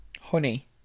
Honey